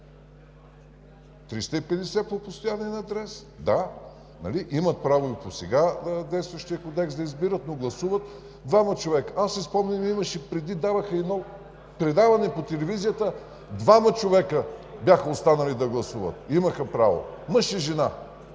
са по постоянен адрес, имат право и по сега действащия Кодекс да избират, но гласуват двама човека. Спомням си, имаше едно предаване по телевизията – двама човека бяха останали да гласуват за кмет. Имаха право – мъж и жена.